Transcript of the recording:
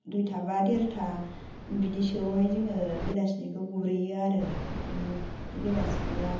दुइथा बा देरथा बिदि सोयावहाय जोङो बेलासिनिखौ गुरहैयो आरो बिदिनो बेलासिया